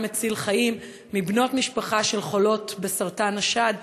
מציל חיים" מבנות משפחה של חולות בסרטן השד,